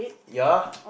ya